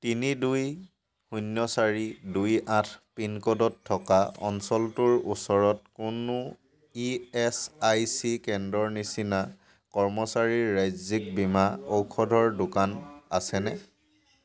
তিনি দুই শূন্য চাৰি দুই আঠ পিনক'ডত থকা অঞ্চলটোৰ ওচৰত কোনো ইএচআইচি কেন্দ্ৰৰ নিচিনা কৰ্মচাৰীৰ ৰাজ্যিক বীমা ঔষধৰ দোকান আছেনে